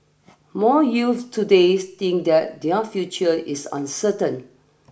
more youths today think that their future is uncertain